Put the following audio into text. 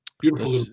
Beautiful